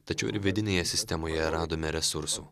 tačiau ir vidinėje sistemoje radome resursų